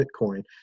Bitcoin